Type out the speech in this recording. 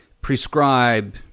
prescribe